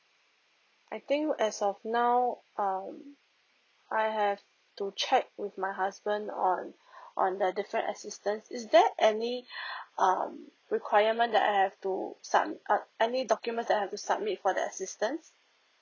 I think as of now um I have to check with my husband on on the different assistance is there any um requirement that I have to sum up any documents that I have to submit for the assistance